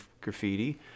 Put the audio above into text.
Graffiti